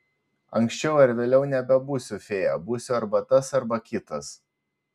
anksčiau ar vėliau nebebūsiu fėja būsiu arba tas arba kitas